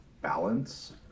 balance